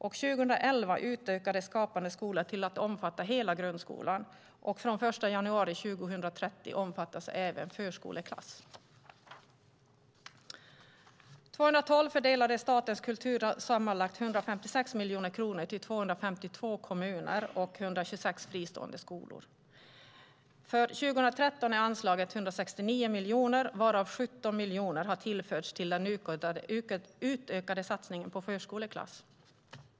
År 2011 utökades Skapande skola till att omfatta hela grundskolan, och från den 1 januari 2013 omfattas även förskoleklass. År 2012 fördelade Statens kulturråd sammanlagt 156 miljoner kronor till 252 kommuner och 126 fristående skolor. För 2013 är anslaget 169 miljoner, varav 17 miljoner har tillförts den utökade satsningen på förskoleklass.